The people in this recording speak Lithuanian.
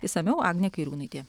išsamiau agnė kairiūnaitė